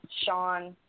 Sean